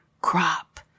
crop